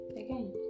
again